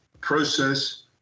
process